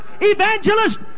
evangelist